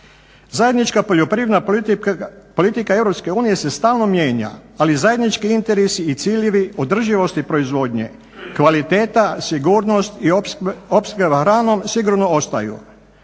Zajednička poljoprivredna politika Europske unije se stalno mijenja, ali zajednički interesi i ciljevi održivosti proizvodnje, kvaliteta, sigurnost i opskrba hranom sigurno ostaju.